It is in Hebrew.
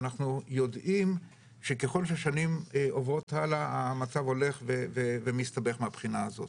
ואנחנו יודעים שככל ששנים עוברות הלאה המצב הולך ומסתבך מהבחינה הזאת.